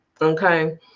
okay